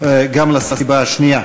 גם לסיבה השנייה.